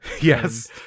Yes